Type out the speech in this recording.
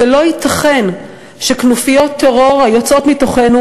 לא ייתכן שכנופיות טרור היוצאות מתוכנו